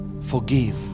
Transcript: forgive